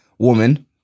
Woman